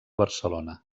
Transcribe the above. barcelona